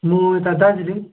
म यता दार्जिलिङ